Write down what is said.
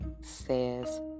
says